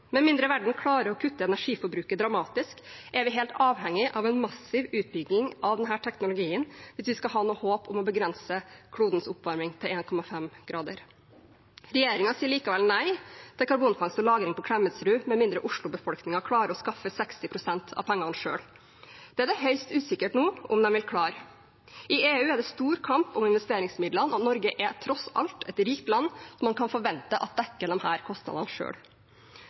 Med mindre verden klarer å kutte energiforbruket dramatisk, er vi helt avhengige av en massiv utbygging av denne teknologien hvis vi skal ha noe håp om å begrense klodens oppvarming til 1,5 grader. Regjeringen sier likevel nei til karbonfangst og -lagring på Klemetsrud, med mindre Oslo-befolkningen klarer å skaffe 60 pst. av pengene selv. Det er det nå høyst usikkert om de vil klare. I EU er det stor kamp om investeringsmidlene, og Norge er tross alt et rikt land som man kan forvente dekker